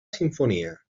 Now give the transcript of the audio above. simfonia